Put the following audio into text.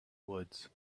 woods